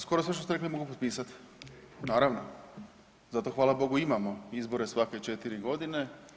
Skoro sve što ste rekli mogu potpisat, naravno zato hvala bogu imamo izbore svake četiri godine.